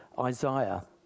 Isaiah